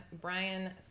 Brian